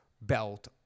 belt